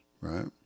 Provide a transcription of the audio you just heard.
Right